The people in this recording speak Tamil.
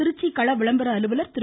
திருச்சி கள விளம்பர அலுவலர் திரு